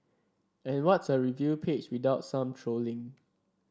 and what's a review page without some trolling